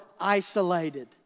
isolated